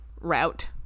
route